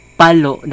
palo